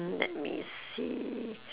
let me see